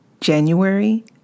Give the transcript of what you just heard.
January